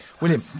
william